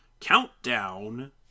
Countdown